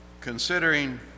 considering